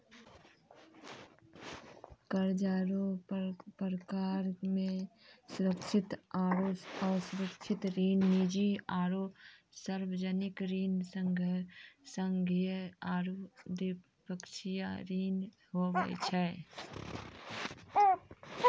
कर्जा रो परकार मे सुरक्षित आरो असुरक्षित ऋण, निजी आरो सार्बजनिक ऋण, संघीय आरू द्विपक्षीय ऋण हुवै छै